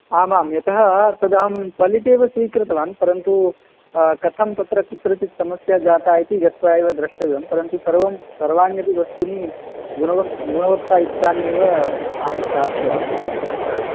आमां यतः तदहं क्वालिटि एव स्वीकृतवान् परन्तु कथं तत्र कुत्रचित् समस्या जाता इति गत्वा एव द्रष्टव्यं किन्तु सर्वं सर्वाण्यपि वस्तुनि गुणवत् गुणवत्तायुक्तानि एव अहं स्थापितवान् तत्र